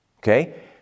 Okay